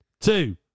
two